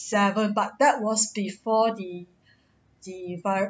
seven but that was before the the virus